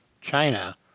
China